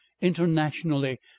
internationally